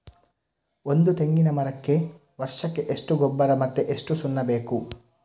ಒಂದು ತೆಂಗಿನ ಮರಕ್ಕೆ ವರ್ಷಕ್ಕೆ ಎಷ್ಟು ಗೊಬ್ಬರ ಮತ್ತೆ ಎಷ್ಟು ಸುಣ್ಣ ಬೇಕು?